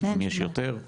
אם יש יותר,